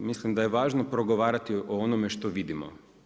Mislim da je važno progovarati o onome što vidimo.